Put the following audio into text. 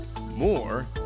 more